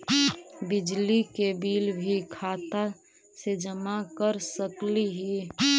बिजली के बिल भी खाता से जमा कर सकली ही?